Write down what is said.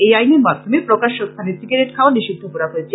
এই আইনের মাধ্যমে প্রকাশ্যস্থনে সিগারেট খাওয়া নিষিদ্ধ করা হয়েছে